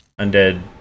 Undead